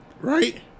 Right